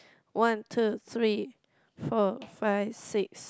one two three four five six